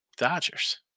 Dodgers